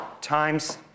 times